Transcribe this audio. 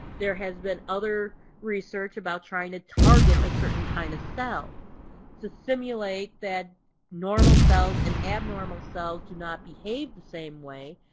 there has been other research about trying to target a certain kind of cell to simulate that normal cells and abnormal cells do not behave the same way,